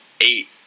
eight